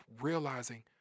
realizing